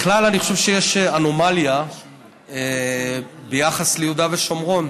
בכלל, אני חושב שיש אנומליה ביחס ליהודה ושומרון.